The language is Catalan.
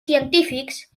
científics